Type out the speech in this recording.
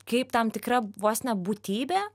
kaip tam tikra vos ne būtybė